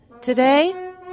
Today